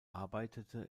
arbeitete